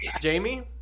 Jamie